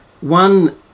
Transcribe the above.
One